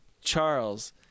Charles